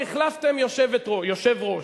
החלפתם יושב-ראש,